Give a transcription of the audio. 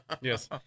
Yes